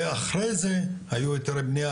ואחרי זה היו היתרי בנייה,